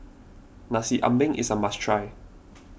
Nasi Ambeng is a must try